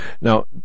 Now